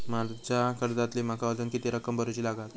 माझ्या कर्जातली माका अजून किती रक्कम भरुची लागात?